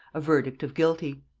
a verdict of guilty.